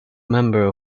member